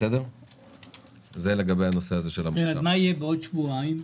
מה יהיה בעוד שבועיים?